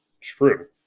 true